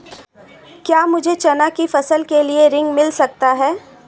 क्या मुझे चना की फसल के लिए ऋण मिल सकता है?